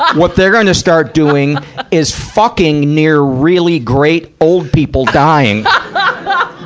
what they're gonna start doing is fucking near really great old people dying. but